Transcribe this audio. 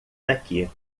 daqui